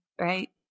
right